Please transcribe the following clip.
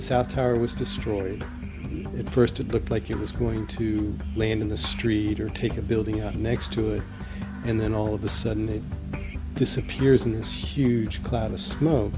the south tower was destroyed it first it looked like it was going to land in the street or take a building up next to it and then all of the sudden it disappears in this huge cloud of smoke